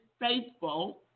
faithful